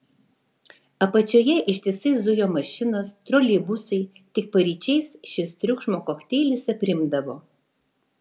apačioje ištisai zujo mašinos troleibusai tik paryčiais šis triukšmo kokteilis aprimdavo